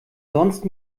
sonst